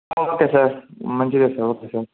okay sir మంచిగా వ sir okay sir